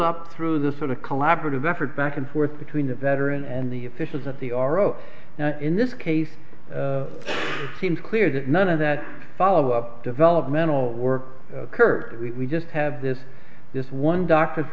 up through this sort of collaborative effort back and forth between the veteran and the officials at the r o in this case seems clear that none of that follow up developmental work kurt we just have this this one doctor's